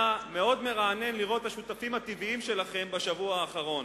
היה מאוד מרענן לראות את השותפים הטבעיים שלכם בשבוע האחרון.